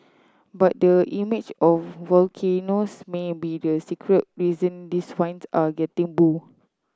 but the image of volcanoes may be the secret reason these wines are getting bu